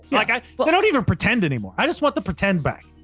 like i but but don't even pretend anymore. i just want the pretend back.